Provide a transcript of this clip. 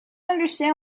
understand